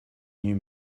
new